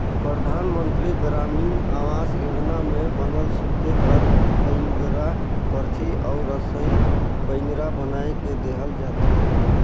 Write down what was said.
परधानमंतरी गरामीन आवास योजना में बनल सूते कर बइंगरा, परछी अउ रसई बइंगरा बनाए के देहल जाथे